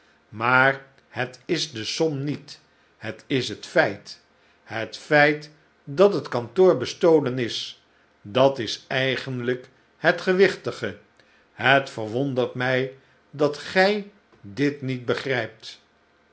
maar het is de som niet het is het feit het feit dat het kantoor bestolen is dat is eigenlijk het gewichtige het verwondert mij dat gij dit niet begrijpt